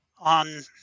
on